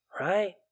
right